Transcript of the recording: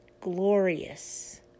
glorious